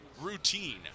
Routine